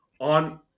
on